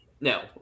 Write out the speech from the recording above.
no